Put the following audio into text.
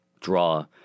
draw